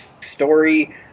story